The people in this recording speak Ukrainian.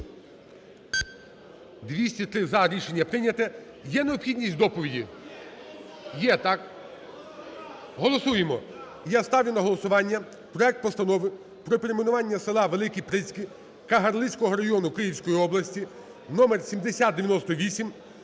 За-203 Рішення прийняте. Є необхідність доповіді? Є, так. Голосуємо. Тоді я ставлю на голосування проект Постанови про перейменування села ВеликіПрицьки Кагарлицького району Київської області (№ 7098)